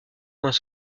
moins